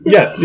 Yes